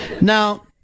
Now